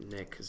Nick